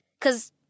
cause